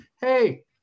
hey